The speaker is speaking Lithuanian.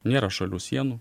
nėra šalių sienų